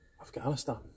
Afghanistan